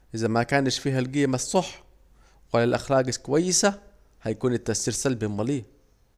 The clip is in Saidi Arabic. إذا ما كانش فيه القيمة الصح، والأخلاق الكويسة، هيكون التأسير سلبي أومال ايه